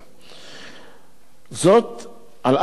וזאת אף שהפרויקט הזה הוא תקדימי.